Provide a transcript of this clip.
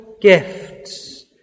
gifts